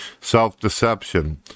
Self-deception